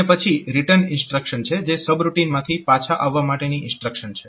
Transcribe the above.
અને પછી return instruction છે જે સબ રૂટીનમાંથી પાછા આવવા માટેની ઇન્સ્ટ્રક્શન છે